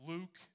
Luke